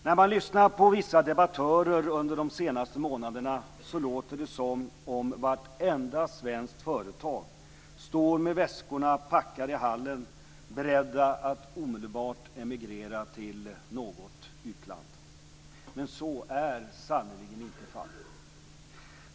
När man lyssnar på vissa debattörer under de senaste månaderna låter det som om vartenda svenskt företag står med väskorna packade i hallen, berett att omedelbart emigrera till något utland. Men så är sannerligen inte fallet.